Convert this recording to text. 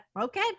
Okay